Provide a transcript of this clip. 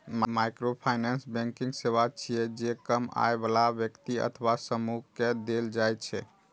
microfinance banking सेवा छियै, जे कम आय बला व्यक्ति अथवा समूह कें देल जाइ छै